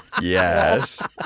Yes